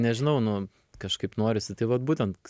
nežinau nu kažkaip norisi tai vat būtent